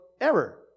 error